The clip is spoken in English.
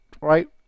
right